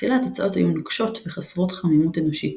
בתחילה התוצאות היו נוקשות וחסרות חמימות אנושית